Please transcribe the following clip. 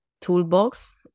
toolbox